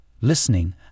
listening